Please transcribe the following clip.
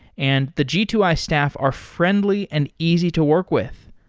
and the g two i staff are friendly and easy to work with.